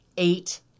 Eight